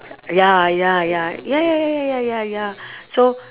ya ya ya ya ya ya ya ya so